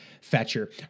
Fetcher